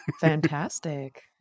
Fantastic